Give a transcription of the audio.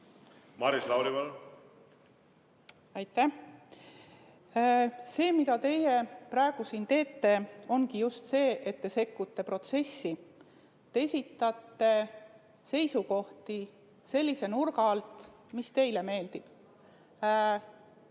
Maris Lauri, palun! Aitäh! See, mida teie praegu siin teete, ongi just see, et te sekkute protsessi. Te esitate seisukohti sellise nurga alt, mis teile meeldib,